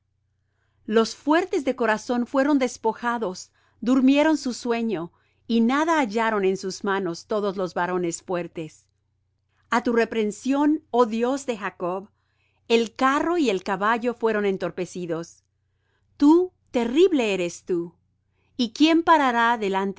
los fuertes de corazón fueron despojados durmieron su sueño y nada hallaron en sus manos todos los varones fuertes a tu reprensión oh dios de jacob el carro y el caballo fueron entorpecidos tú terrible eres tú y quién parará delante